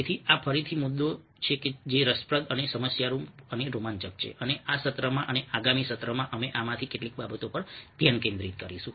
તેથી આ ફરીથી મુદ્દાઓ છે જે રસપ્રદ સમસ્યારૂપ રોમાંચક છે અને આ સત્રમાં અને આગામી સત્રમાં અમે આમાંથી કેટલીક બાબતો પર ધ્યાન કેન્દ્રિત કરીશું